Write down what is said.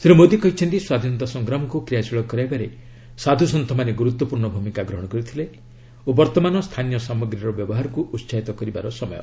ଶ୍ରୀ ମୋଦୀ କହିଛନ୍ତି ସ୍ୱାଧୀନତା ସଂଗ୍ରାମକୁ କ୍ରିୟାଶୀଳ କରାଇବାରେ ସାଧୁସନ୍ଥମାନେ ଗୁରୁତ୍ୱପୂର୍ଣ୍ଣ ଭୂମିକା ଗ୍ରହଣ କରିଥିଲେ ଓ ବର୍ତ୍ତମାନ ସ୍ଥାନୀୟ ସାମଗ୍ରୀର ବ୍ୟବହାରକୁ ଉସାହିତ କରିବାର ସମୟ